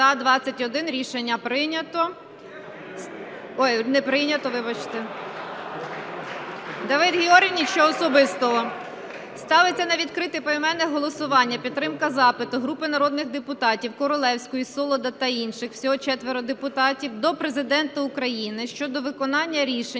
За-21 Рішення прийнято. Не прийнято, вибачте. Давид Георгійович, нічого особистого. Ставиться на відкрите поіменне голосування підтримка запиту групи народних депутатів (Королевської, Солода та інших. Всього 4 депутатів) до Президента України щодо виконання рішень